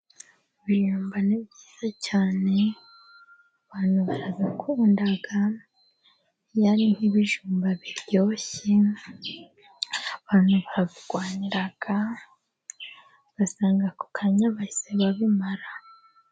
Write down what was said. Ibijumba ni byiza cyane abantu barabikunda. Iyo ari nk'ibijumba biryoshye abantu barabirwanira, ugasanga ako kanya bahise babimara.